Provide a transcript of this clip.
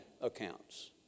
accounts